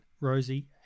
Rosie